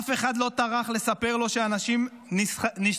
אף אחד לא טרח לספר לו שאנשים נאנסים,